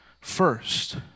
first